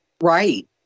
Right